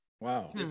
Wow